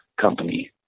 company